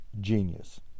genius